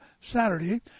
Saturday